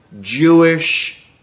Jewish